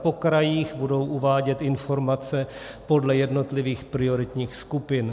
Po krajích budou uvádět informace podle jednotlivých prioritních skupin.